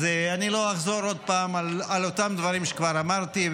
אז אני לא אחזור עוד פעם על אותם דברים שכבר אמרתי,